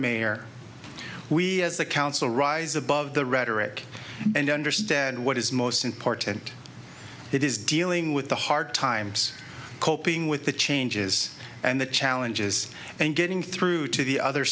mayor we as a council rise above the rhetoric and understand what is most important it is dealing with the hard times coping with the changes and the challenges and getting through to the other